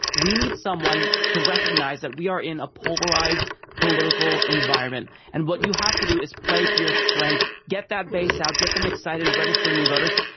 we need someone to recognize that we are in a polarized political environment. and what you have to do is play to your strength, get that base out, get them excited, register new voters.